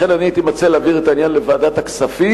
לכן אני הייתי מציע להעביר את העניין לוועדת הכספים,